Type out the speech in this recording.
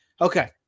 Okay